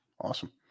awesome